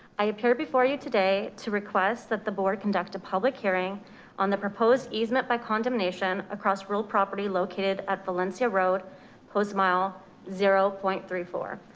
i appear before you today to request that the board conduct a public hearing on the proposed easement by condemnation across real property, located at valencia road post mile zero point three four.